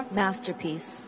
masterpiece